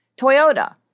Toyota